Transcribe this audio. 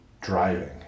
driving